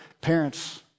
parents